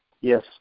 yes